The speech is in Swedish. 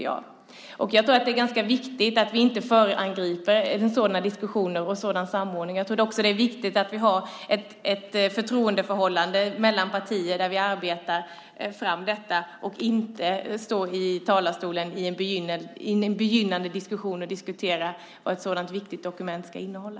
Jag tror att det är ganska viktigt att vi inte föregriper sådana diskussioner och sådan samordning. Jag tror också att det är viktigt att vi har ett förtroendeförhållande mellan partier där vi arbetar fram detta och inte står i talarstolen i en begynnande diskussion och diskuterar vad ett sådant viktigt dokument ska innehålla.